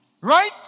Right